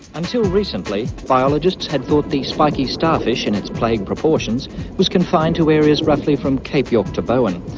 until recently, biologists had thought the spiky starfish in its plague proportions was confined to areas roughly from cape york to bowen.